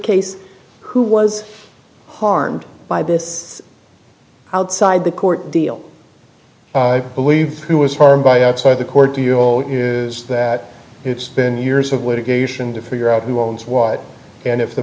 case who was harmed by this outside the court deal i believe who is harmed by outside the court to you is that it's been years of litigation to figure out who owns what and if the